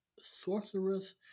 Sorceress